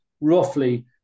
roughly